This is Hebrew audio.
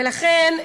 ולכן,